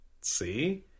See